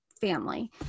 family